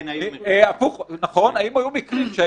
כן, היו מקרים.